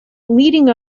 leading